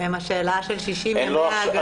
השאלה של 60 ימי הגנה בתום חופשת לידה.